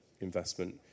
investment